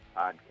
podcast